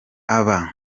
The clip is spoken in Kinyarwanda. aba